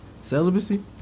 Celibacy